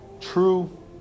true